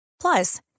Plus